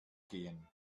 gehen